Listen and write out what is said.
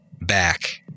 back